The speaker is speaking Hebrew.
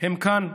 הם כאן.